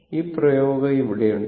ഈ പ്രയോഗം ഇവിടെയുണ്ട്